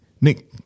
Nick